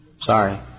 Sorry